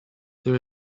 there